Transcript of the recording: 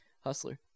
Hustler